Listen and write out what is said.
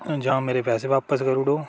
ते जां मेरे पैसे बापस करी ओड़ो